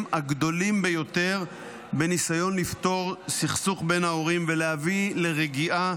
הגדולים ביותר בניסיון לפתור סכסוך בין ההורים ולהביא לרגיעה,